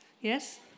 Yes